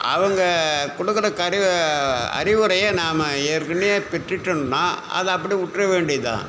அவங்க கொடுக்குற கடிவு அறிவுரையை நாம ஏற்கனே பெற்றுடோமுன்னா அதை அப்டி விட்டுற வேண்டியது தான்